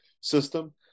system